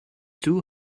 two